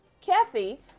kathy